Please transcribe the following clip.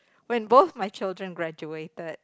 when both my children graduated